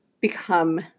become